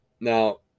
Now